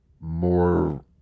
more